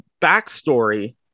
backstory